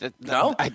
No